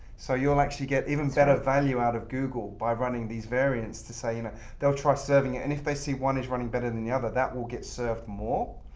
so you'll actually get even better sort of value out of google by running these variance to say you know they'll try serving it. and if they see one is running better than the other, that will get served more.